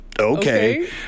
Okay